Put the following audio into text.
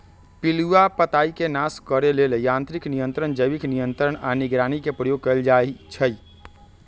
पिलुआ पताईके नाश करे लेल यांत्रिक नियंत्रण, जैविक नियंत्रण आऽ निगरानी के प्रयोग कएल जाइ छइ